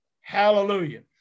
hallelujah